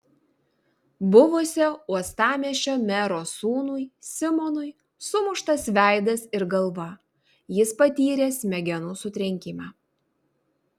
buvusio uostamiesčio mero sūnui simonui sumuštas veidas ir galva jis patyrė smegenų sutrenkimą